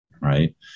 right